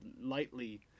lightly